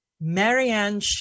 marianne